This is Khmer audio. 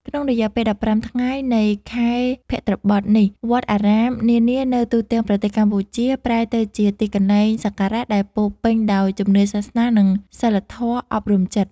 ក្នុងរយៈពេល ១៥ ថ្ងៃនៃខែភទ្របទនេះ វត្តអារាមនានានៅទូទាំងប្រទេសកម្ពុជា ប្រែទៅជាទីកន្លែងសក្ការៈដែលពោរពេញដោយជំនឿសាសនា និងសីលធម៌អប់រំចិត្ត។